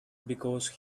because